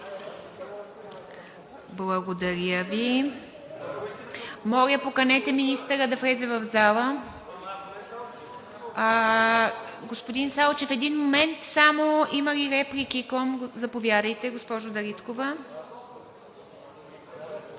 Благодаря Ви. Моля, поканете министъра да влезе в залата. (Реплика.) Господин Салчев, един момент само. Има ли реплики? Заповядайте, госпожо Дариткова.